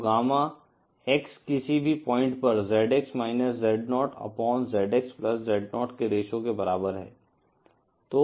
तो gamma x किसी भी पॉइंट पर ZX Z0 upon ZX Z0 के रेश्यो के बराबर है